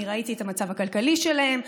אני ראיתי את המצב הכלכלי שלהם.